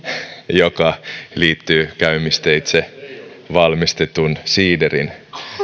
joka liittyy käymisteitse valmistetun siiderin